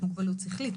מוגבלות שכלית,